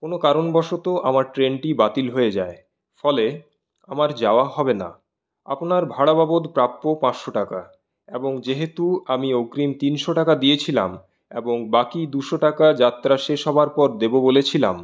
কোন কারণবসত আমার ট্রেনটি বাতিল হয়ে যায় ফলে আমার যাওয়া হবে না আপনার ভাড়াবাবদ প্রাপ্য পাঁচশো টাকা এবং যেহেতু আমি অগ্রিম তিনশো টাকা দিয়েছিলাম এবং বাকি দুশো টাকা যাত্রা শেষ হওয়ার পর দেবো বলেছিলাম